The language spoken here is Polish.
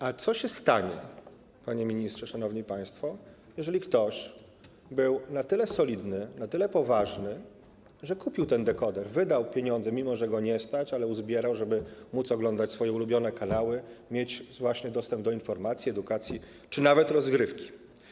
A co się stanie, panie ministrze, szanowni państwo, jeżeli ktoś był na tyle solidny, na tyle poważny, że kupił dekoder, wydał pieniądze, mimo że go nie było stać, ale je uzbierał, żeby móc oglądać swoje ulubione kanały, mieć dostęp do informacji, edukacji czy nawet rozrywki?